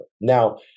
Now